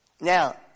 Now